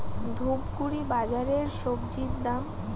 ধূপগুড়ি বাজারের স্বজি দাম?